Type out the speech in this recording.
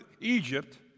Egypt